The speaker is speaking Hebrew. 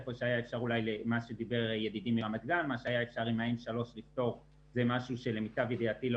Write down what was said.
היכן שהיה אפשר לפתור עם M3. זה משהו שלמיטב ידיעתי לא